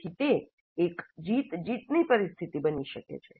તેથી તે એક જીત જીત ની પરિસ્થિતી બની શકે છે